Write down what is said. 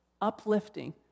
uplifting